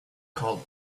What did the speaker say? called